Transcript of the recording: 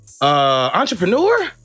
Entrepreneur